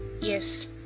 Yes